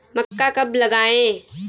मक्का कब लगाएँ?